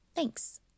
Thanks